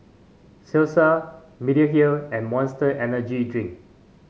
Cesar Mediheal and Monster Energy Drink